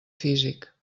físic